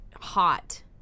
hot